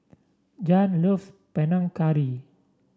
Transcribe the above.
Jann loves Panang Curry